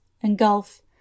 engulf